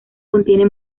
contiene